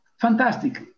fantastic